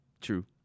True